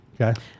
Okay